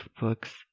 books